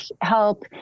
help